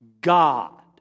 God